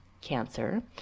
cancer